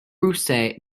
cruce